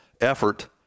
effort